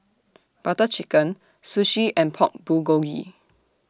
Butter Chicken Sushi and Pork Bulgogi